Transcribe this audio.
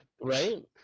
Right